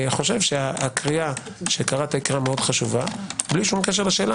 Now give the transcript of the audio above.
הקריאה שקראת היא מאוד חשובה בלי קשר לשאלה